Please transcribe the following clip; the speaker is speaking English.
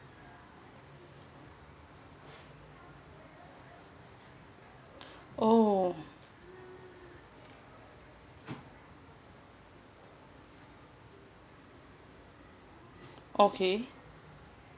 oh okay